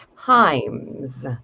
times